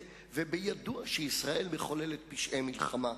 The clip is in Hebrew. וידוע שישראל מחוללת פשעי מלחמה.